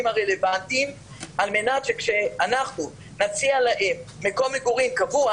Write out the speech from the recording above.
הרלוונטיים על מנת שכשאנחנו נציע להם מקום מגורים קבוע,